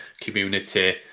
community